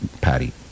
Patty